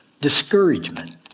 discouragement